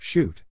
Shoot